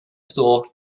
store